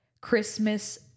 Christmas